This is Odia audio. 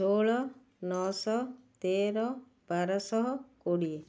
ଷୋହଳ ନଅଶହ ତେର ବାରଶହ କୋଡ଼ିଏ